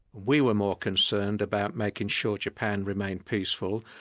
we were more concerned about making sure japan remained peaceful,